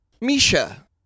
Misha